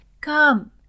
Come